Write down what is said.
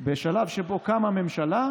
בשלב שבו קמה הממשלה,